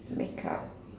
make up